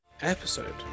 episode